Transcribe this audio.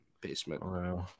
basement